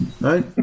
Right